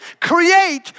create